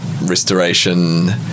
restoration